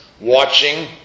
watching